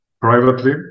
privately